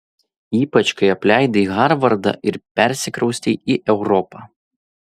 ypač kai apleidai harvardą ir persikraustei į europą